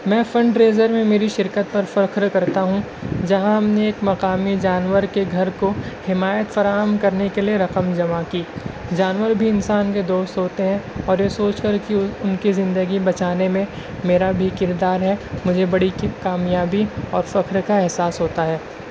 میں fund raiser میں میری شرکت پر فخر کرتا ہوں جہاں ہم نے ایک مقامی جانور کے گھر کو حمایت فراہم کرنے کے لیے رقم جمع کی جانور بھی انسان کے دوست ہوتے ہیں اور یہ سوچ کر کہ ان کی زندگی بچانے میں میرا بھی کردار ہے مجھے بڑی کامیابی اور فخر کا احساس ہوتا ہے